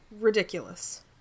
Ridiculous